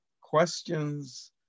questions